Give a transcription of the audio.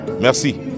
Merci